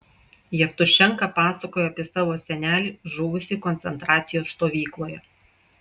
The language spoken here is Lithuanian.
jevtušenka pasakojo apie savo senelį žuvusį koncentracijos stovykloje